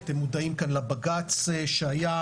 אתם מודעים כאן לבג"ץ שהיה.